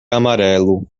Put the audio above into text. amarelo